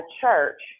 church